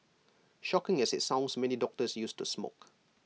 shocking as IT sounds many doctors used to smoke